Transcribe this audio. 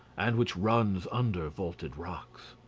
and which runs under vaulted rocks.